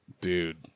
dude